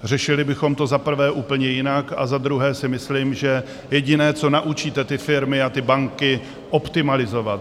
Řešili bychom to, za prvé, úplně jinak, a za druhé si myslím, že jediné, co naučíte ty firmy a ty banky optimalizovat.